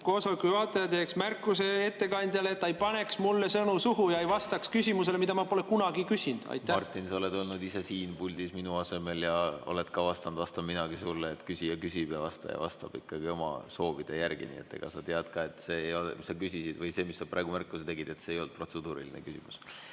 koosoleku juhataja teeks märkuse ettekandjale, et ta ei paneks mulle sõnu suhu ja ei vastaks küsimusele, mida ma pole kunagi küsinud. Martin! Sa oled olnud ise siin puldis minu asemel ja oled ka vastanud nii, nagu vastan minagi sulle, et küsija küsib ja vastaja vastab ikkagi oma soovi järgi. Sa tead ka, et see märkus, mille sa praegu tegid, ei olnud protseduuriline küsimus.